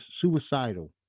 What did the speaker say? suicidal